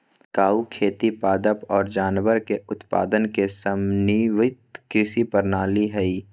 टिकाऊ खेती पादप और जानवर के उत्पादन के समन्वित कृषि प्रणाली हइ